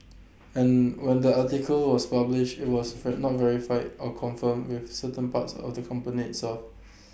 and when the article was published IT was not verified or confirmed with certain parts of the company itself